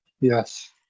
Yes